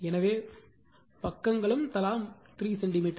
எனவே பக்கங்களும் தலா 3 சென்டிமீட்டர்